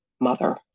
mother